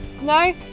No